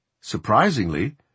Surprisingly